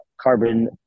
carbon